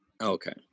Okay